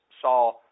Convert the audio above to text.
saw